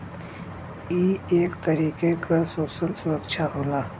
ई एक तरीके क सोसल सुरक्षा होला